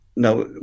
Now